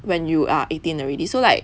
when you are eighteen already so like